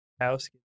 house